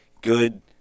good